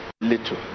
little